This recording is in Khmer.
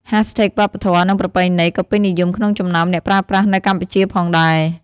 hashtag វប្បធម៌ និងប្រពៃណីក៏ពេញនិយមក្នុងចំណោមអ្នកប្រើប្រាស់នៅកម្ពុជាផងដែរ។